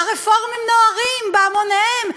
הרפורמים נוהרים בהמוניהם.